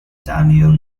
daniel